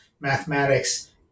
mathematics